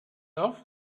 love